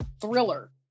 thriller